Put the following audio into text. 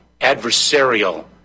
adversarial